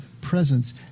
presence